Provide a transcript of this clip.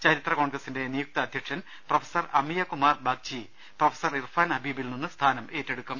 ചരിത്ര കോൺഗ്രസിന്റെ നിയുക്ത അധ്യക്ഷൻ പ്രൊഫസർ അമിയ കുമാർ ബാഗ്ചി പ്രൊഫസർ ഇർഫാൻ ഹബീബിൽ നിന്ന് സ്ഥാനം ഏറ്റെടുക്കും